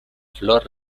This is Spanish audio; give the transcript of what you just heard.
flor